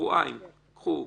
שבועיים קחו,